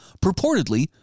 purportedly